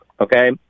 Okay